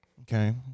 Okay